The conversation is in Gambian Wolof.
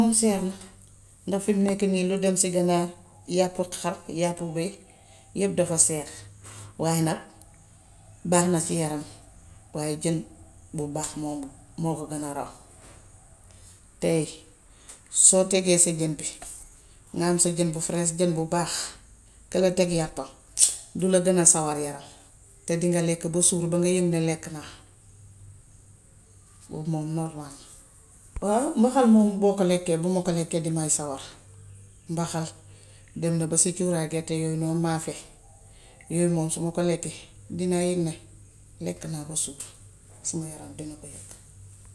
Moom seer na ndax fim nekk nii lu dem si ganaar, yàppu xar, yàppu béy yépp dafa seer. Waaye nag, baax na si yaram waaye jën bu baax moom moo ko gën a raw. Tay soo tegee sa jën bi, nga am sa jën bu ferees jën bu baax, kële teg yàppam, du la gën a sawar yaram. Te dinga lekk ba suur ba nga yëg ne lekk naa. Boobu moom normaal na. Waaw mbaxam moom boo ko lekee, bu ma ko lekkee damay sawar. Mbaxal, dem ba si cuuraay gerte yooy noonu, maafe. Yooy moom su ma ko lekkkee dinaa yëg ne lekk naa ba suur. Suma yaram dina ko yëg.